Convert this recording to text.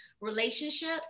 relationships